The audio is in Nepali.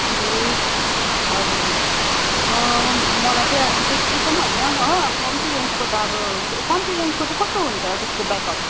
ए हजुर हजुर मलाई चाहिँ बेसीको पनि होइन हो अब कम्ती रेन्जको त अब कम्ती रेन्जको चाहिँ कस्तो हुन्छ त्यसको ब्याकअप